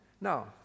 now